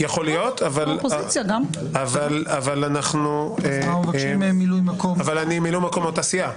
יכול להיות, אבל אני מילוי מקום מאותה סיעה.